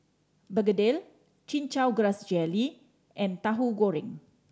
begedil Chin Chow Grass Jelly and Tauhu Goreng